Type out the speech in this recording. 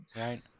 right